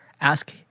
Ask